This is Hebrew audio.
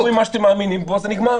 אתם תלכו עם מה שאתם מאמינים בו, זה נגמר.